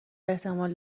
احتمال